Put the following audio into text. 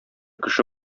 кеше